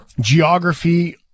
geography